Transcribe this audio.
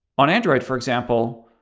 on android, for example,